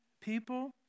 people